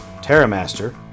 Terramaster